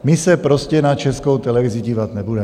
My se prostě na Českou televizi dívat nebudeme.